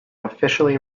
officially